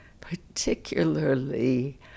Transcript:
particularly